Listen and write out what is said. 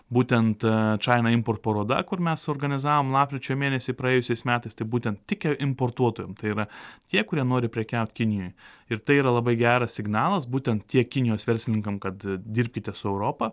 būtent china import paroda kur mes organizavom lapkričio mėnesį praėjusiais metais tai būtent tik e importuotojam tai yra tie kurie nori prekiaut kinijoj ir tai yra labai geras signalas būtent tiek kinijos verslininkam kad dirbkite su europa